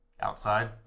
Outside